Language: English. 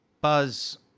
Buzz